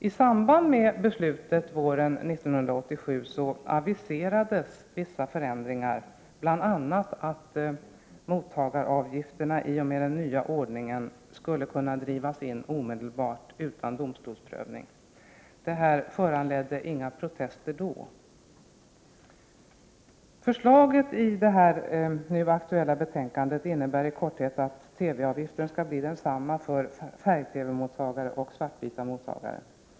I samband med beslutet våren 1987 aviserades vissa förändringar, bl.a. att mottagaravgifterna i och med den nya ordningen skulle kunna drivas in omedelbart, utan domstolsprövning. Detta föranledde inga protester då. Förslaget i det nu aktuella betänkandet innebär i korthet att TV-avgiften skall bli densamma för färg-TV-mottagare och svart-vita mottagare.